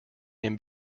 him